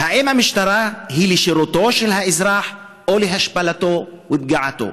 האם המשטרה היא לשירותו של האזרח או להשפלתו ופגיעתו?